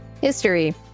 History